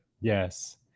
Yes